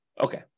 Okay